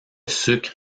sucre